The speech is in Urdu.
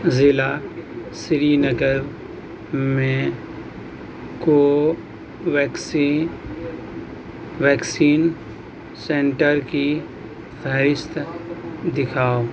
ضلع سری نگر میں کوویکسین ویکسین سنٹر کی فہرست دکھاؤ